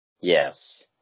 Yes